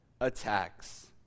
attacks